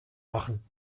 machen